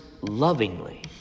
lovingly